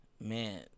Man